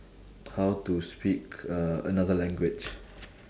how to speak uh another language